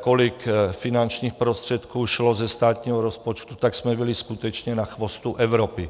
kolik finančních prostředků šlo ze státního rozpočtu, tak jsme byli skutečně na chvostu Evropy.